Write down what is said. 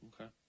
Okay